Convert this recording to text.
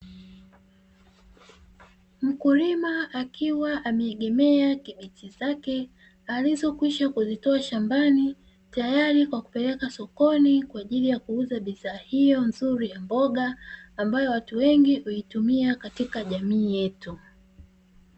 Mkulima akiwa ameegemea kabichi zake alizokwisha zitoa shambani, tayari kwa kuzipeleka sokoni na kwa ajili ya kuuza bidhaa hiyo nzuri ya mboga ambayo watu wengi huitumia katika jamii yetu.